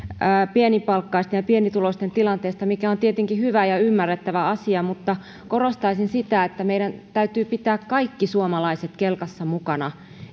pienipalkkaisten ja pienituloisten tilanteesta mikä on tietenkin hyvä ja ymmärrettävä asia mutta korostaisin sitä että meidän täytyy pitää kaikki suomalaiset kelkassa mukana